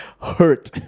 Hurt